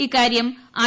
ഇക്കാര്യം ഐ